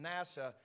NASA